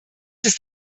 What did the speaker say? ist